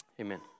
Amen